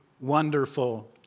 wonderful